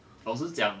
老实讲